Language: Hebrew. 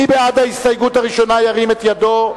מי בעד ההסתייגות הראשונה, ירים את ידו.